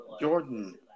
Jordan